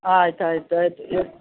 ಆಯ್ತು ಆಯ್ತು ಆಯಿತು